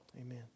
Amen